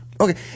Okay